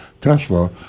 tesla